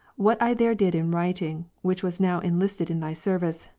what i there did in writing, which was now enlisted in thy service,